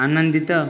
ଆନନ୍ଦିତ